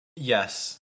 Yes